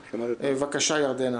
ירדנה,